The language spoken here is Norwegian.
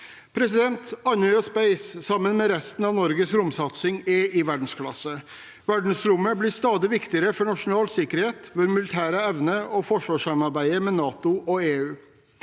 ikke. Andøya Space, sammen med resten av Norges romsatsing, er i verdensklasse. Verdensrommet blir stadig viktigere for nasjonal sikkerhet, våre militære evner og forsvarssamarbeidet med NATO og EU.